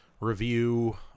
review